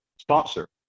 sponsor